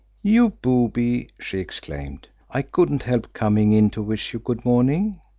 you booby! she exclaimed. i couldn't help coming in to wish you good morning.